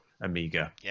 Amiga